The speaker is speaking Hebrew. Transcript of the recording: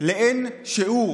לאין שיעור